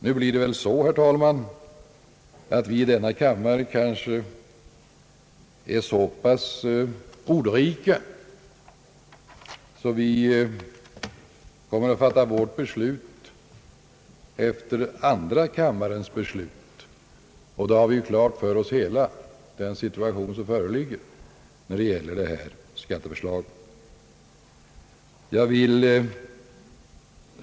Nu är vi väl, herr talman, i denna kammare så pass ordrika att vi kommer att fatta vårt beslut efter andra kammarens beslut, och då har vi fått klart för oss hela den situation som föreligger beträffande detta skatteförslag.